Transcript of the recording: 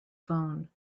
phone